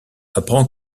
apprend